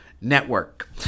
Network